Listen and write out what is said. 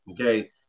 okay